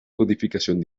codificación